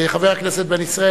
חבר הכנסת בן-ישראל,